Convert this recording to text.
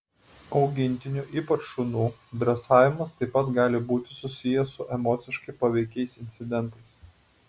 augintinių ypač šunų dresavimas taip pat gali būti susijęs su emociškai paveikiais incidentais